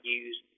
use